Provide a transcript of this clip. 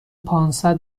پانصد